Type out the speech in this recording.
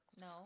No